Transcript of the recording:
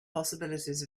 possibilities